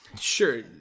Sure